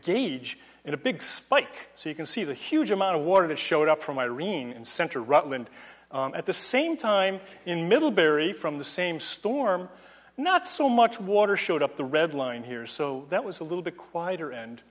gauge in a big spike so you can see the huge amount of water that showed up from irene and center rutland at the same time in middlebury from the same storm not so much water showed up the red line here so that was a little bit quieter and